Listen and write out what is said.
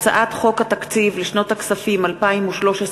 ט"ז באב התשע"ג (23 ביולי